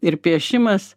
ir piešimas